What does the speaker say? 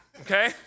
okay